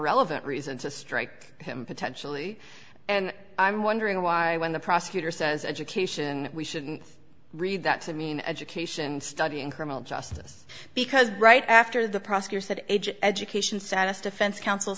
relevant reason to strike him potentially and i'm wondering why when the prosecutor says education we shouldn't read that to mean education studying criminal justice because right after the prosecutor said education satis defense counsel